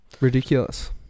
ridiculous